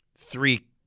three